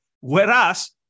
whereas